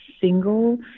single